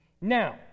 Now